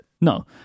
No